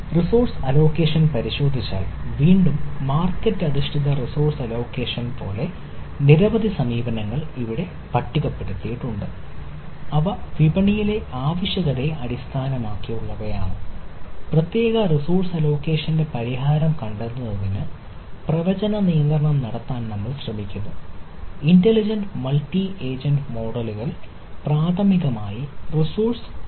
resource allocation പ്രാഥമികമായി resource view വെർച്വലൈസേഷനായി തിരയുന്നു